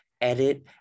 edit